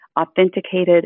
authenticated